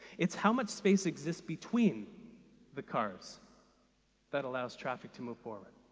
it's how much space exists between the cars that allows traffic to move forward.